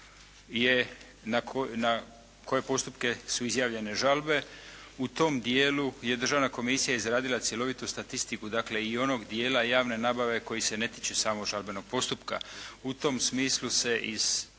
na koje postupke su izjavljene žalbe. U tom dijelu je državna komisija izradila cjelovitu statistiku dakle i onoga dijela javne nabave koji se ne tiče samog žalbenog postupka. U tom smislu se iz